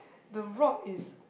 the rock is